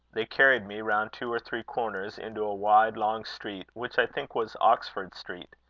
they carried me, round two or three corners, into a wide, long street, which i think was oxford-street.